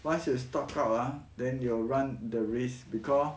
once you stock up ah then you'll run the risk because